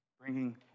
bringing